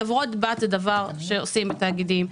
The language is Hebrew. חברות בת זה דבר שעושים התאגידים.